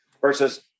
Versus